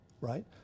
right